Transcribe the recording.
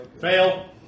Fail